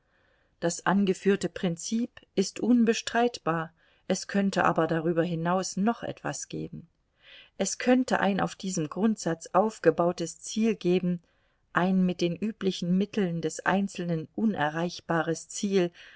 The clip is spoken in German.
das angeführte prinzip ist unbestreitbar es könnte aber darüber hinaus noch etwas geben es könnte ein auf diesem grundsatz aufgebautes ziel geben ein mit den üblichen mitteln des einzelnen unerreichbares ziel